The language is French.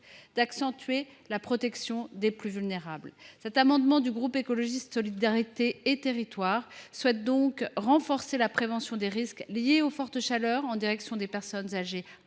de renforcer la protection des plus vulnérables. Cet amendement du groupe Écologiste – Solidarité et Territoires vise à améliorer la prévention des risques liés aux fortes chaleurs que courent les personnes âgées,